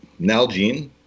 Nalgene